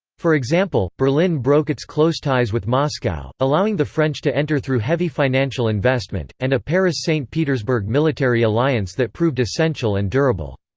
for example, berlin broke its close ties with moscow, allowing the french to enter through heavy financial investment, and a paris-st petersburg military alliance that proved essential and durable.